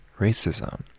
racism